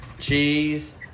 Cheese